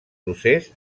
procés